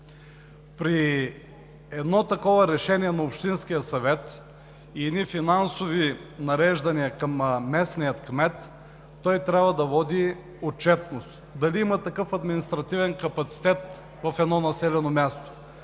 При едно такова решение на общинския съвет и при едни финансови нареждания към местния кмет, той трябва да води отчетност. Дали има такъв административен капацитет в едно населено място?!